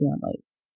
families